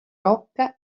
rocca